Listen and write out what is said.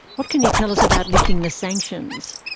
what can you tell us about lifting the sanctions?